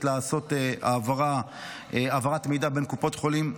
לעשות העברת מידע בין קופות החולים.